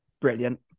Brilliant